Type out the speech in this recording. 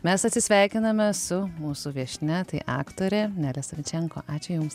mes atsisveikiname su mūsų viešnia tai aktorė nelė savičenko ačiū jums